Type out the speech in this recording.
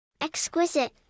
Exquisite